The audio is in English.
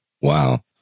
Wow